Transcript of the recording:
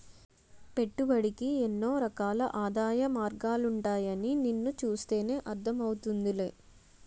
పెట్టుబడికి ఎన్నో రకాల ఆదాయ మార్గాలుంటాయని నిన్ను చూస్తేనే అర్థం అవుతోందిలే